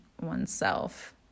oneself